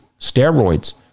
steroids